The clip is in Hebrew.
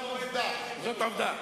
כי הוא היסס.